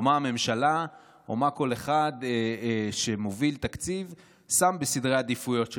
או מה הממשלה או מה כל אחד שמוביל תקציב שם בסדרי העדיפויות שלו.